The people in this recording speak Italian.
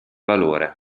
valore